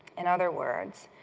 in other words,